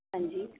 ਹਾਂਜੀ